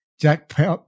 Jack